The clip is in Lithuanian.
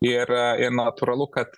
ir ir natūralu kad